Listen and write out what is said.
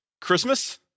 Christmas